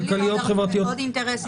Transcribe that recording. --- עוד אינטרסים.